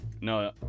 No